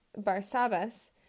Barsabbas